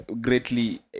greatly